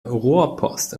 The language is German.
rohrpost